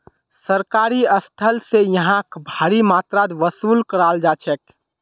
सरकारी स्थल स यहाक भारी मात्रात वसूल कराल जा छेक